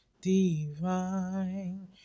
divine